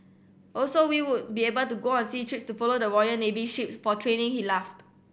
also we would be able to go on sea trips to follow the Royal Navy ships for training he laughed